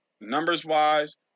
numbers-wise